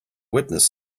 witness